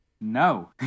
No